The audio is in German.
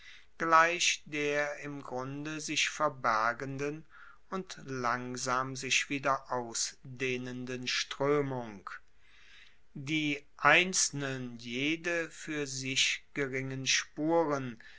gleich der im grunde sich verbergenden und langsam sich wieder ausdehnenden stroemung die einzelnen jede fuer sich geringen spuren